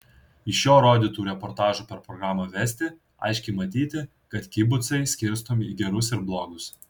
iš jo rodytų reportažų per programą vesti aiškiai matyti kad kibucai skirstomi į gerus ir blogus